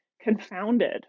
confounded